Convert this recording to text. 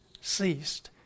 ceased